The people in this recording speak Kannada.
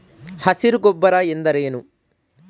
ಹಸಿರು ಗೊಬ್ಬರ ಎಂದರೇನು?